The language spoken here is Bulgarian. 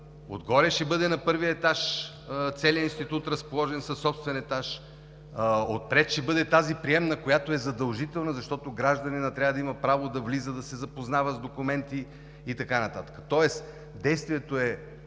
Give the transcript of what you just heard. Отгоре, на първия етаж ще бъде целият Институт, разположен със собствен етаж. Отпред ще бъде приемната, която е задължителна, защото гражданинът трябва да има право да влиза, да се запознава с документи и така нататък. Тоест действието е